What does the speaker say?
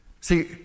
See